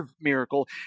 miracle